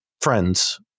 friends